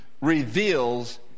reveals